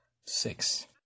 six